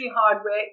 hardware